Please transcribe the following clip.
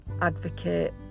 advocate